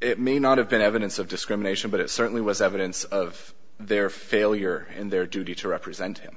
it may not have been evidence of discrimination but it certainly was evidence of their failure in their duty to represent him